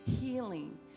healing